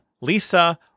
Lisa